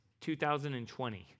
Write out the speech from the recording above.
2020